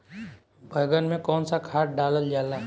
बैंगन में कवन सा खाद डालल जाला?